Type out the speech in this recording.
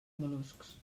mol·luscs